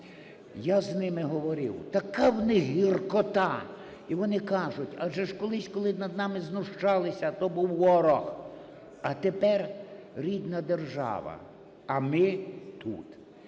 Я з ними говорив, така в них гіркота, і вони кажуть: "Адже колись, коли над нами знущалися, то був ворог, а тепер рідна держава. А ми тут".